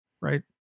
right